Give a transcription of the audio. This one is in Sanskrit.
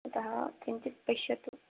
अतः किञ्चिद् पश्यतु